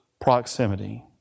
proximity